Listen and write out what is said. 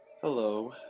Hello